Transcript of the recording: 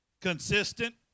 Consistent